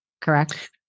correct